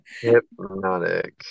Hypnotic